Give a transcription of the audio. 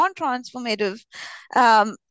non-transformative